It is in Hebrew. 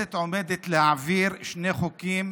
שני חוקים